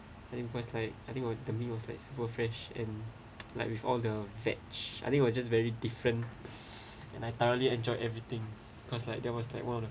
I think because like I think we're the meat was like super fresh and like with all the veg I think was just very different and I thoroughly enjoyed everything cause like there was like one of